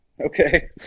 Okay